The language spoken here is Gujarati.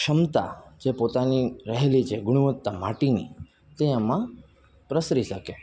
ક્ષમતા જે પોતાની રહેલી છે ગુણવત્તા માટીની તે આમાં પ્રસરી શકે